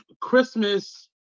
Christmas